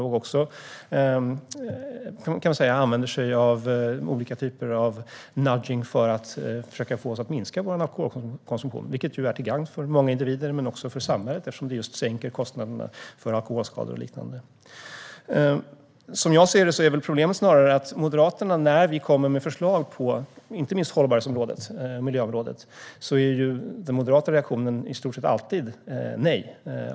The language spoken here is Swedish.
Man kan säga att de använder sig av olika typer av nudging för att försöka få oss att minska vår alkoholkonsumtion, vilket ju är till gagn för många individer men också för samhället eftersom det sänker kostnaderna för alkoholskador och liknande. Som jag ser det är problemet snarare att när vi kommer med förslag på inte minst hållbarhetsområdet och miljöområdet är den moderata reaktionen i stort sett alltid att säga nej.